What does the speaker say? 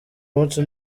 munsi